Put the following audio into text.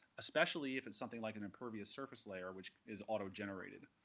especially if it's something like an impervious surface layer, which is auto-generated.